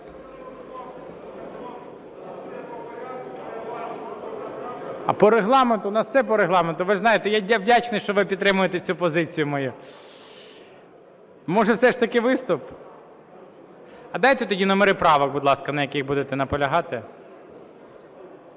По Регламенту. У нас все по Регламенту, ви ж знаєте. Я вдячний, що ви підтримуєте цю позицію мою. Може, все ж таки виступ? А дайте тоді номери правок, будь ласка, на яких будете наполягати.